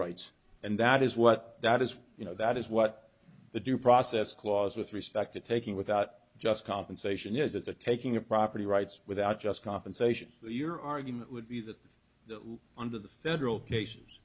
rights and that is what that is you know that is what the due process clause with respect to taking without just compensation is that the taking of property rights without just compensation your argument would be that the under the federal cases